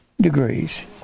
degrees